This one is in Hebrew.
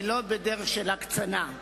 ולא בדרך של הקצנה.